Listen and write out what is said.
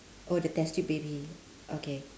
oh the test tube baby okay